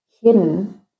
hidden